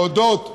להודות,